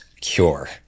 Cure